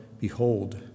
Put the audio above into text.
Behold